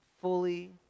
fully